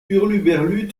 hurluberlues